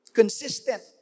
consistent